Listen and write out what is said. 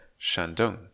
Shandong